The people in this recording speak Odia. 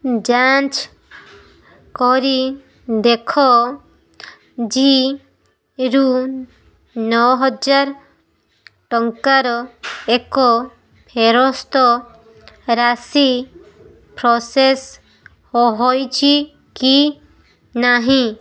ଯାଞ୍ଚ କରି ଦେଖ ଜୀରୁ ନଅହଜାର ଟଙ୍କାର ଏକ ଫେରସ୍ତ ରାଶି ପ୍ରୋସେସ୍ ହୋଇଛି କି ନାହିଁ